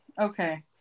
Okay